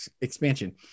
expansion